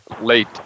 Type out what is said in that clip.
late